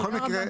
בכל מקרה,